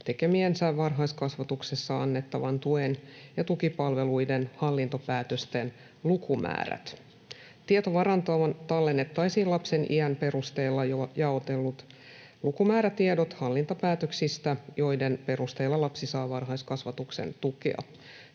tekemiensä varhaiskasvatuksessa annettavan tuen ja tukipalveluiden hallintopäätösten lukumäärät. Tietovarantoon tallennettaisiin lapsen iän perusteella jo jaotellut lukumäärätiedot hallintopäätöksistä, joiden perusteella lapsi saa varhaiskasvatuksen tukea.